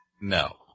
No